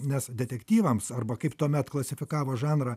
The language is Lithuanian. nes detektyvams arba kaip tuomet klasifikavo žanrą